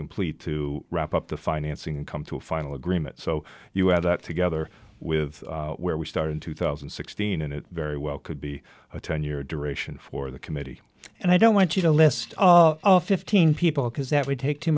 complete to wrap up the financing and come to a final agreement so you have that together with where we start in two thousand and sixteen and it very well could be a ten year duration for the committee and i don't want you to list fifteen people because that would take too